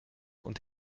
und